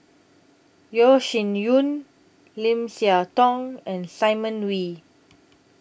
Yeo Shih Yun Lim Siah Tong and Simon Wee